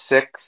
Six